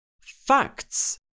Facts